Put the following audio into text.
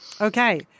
Okay